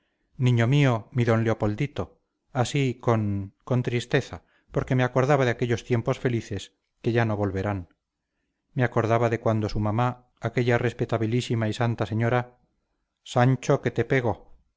niño mío mi d leopoldito así con con tristeza porque me acordaba de aquellos tiempos felices que ya no volverán me acordaba de cuando su mamá aquella respetabilísima y santa señora sancho que te pego